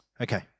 Okay